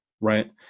Right